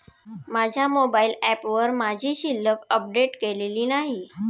माझ्या मोबाइल ऍपवर माझी शिल्लक अपडेट केलेली नाही